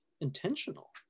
intentional